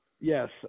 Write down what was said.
Yes